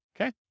okay